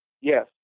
Yes